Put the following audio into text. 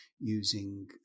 using